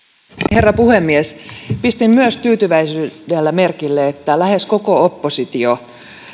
herra puhemies pistin myös tyytyväisyydellä merkille että lähes koko oppositio